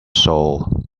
soul